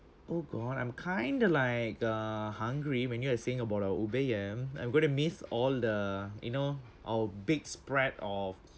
oh god I'm kinda like uh hungry when you are saying about our I'm going to miss all the you know our big spread of